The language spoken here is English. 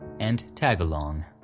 and tagalong.